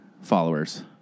followers